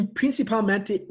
principalmente